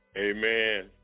Amen